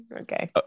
Okay